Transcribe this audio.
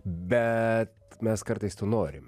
bet mes kartais to norim